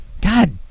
God